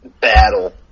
battle